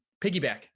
Piggyback